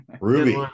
Ruby